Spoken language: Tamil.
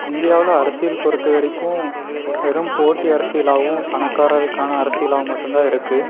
இந்தியாவில் அரசியல் பொறுத்தவரைக்கும் வெறும் போட்டி அரசியலாகவும் பணக்காரர்களுக்கான அரசியலாகவும் மட்டும் தான் இருக்குது